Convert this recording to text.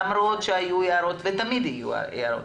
למרות שהיו הערות ותמיד יהיו הערות,